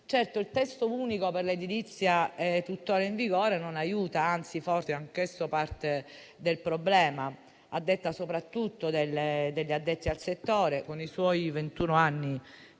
Certo, il testo unico per l'edilizia tuttora in vigore non aiuta, anzi forse è anch'esso parte del problema, a detta soprattutto degli addetti al settore: con i suoi ventuno anni di